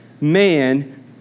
man